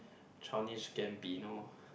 Childish-Gambino